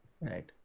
Right